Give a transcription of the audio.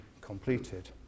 completed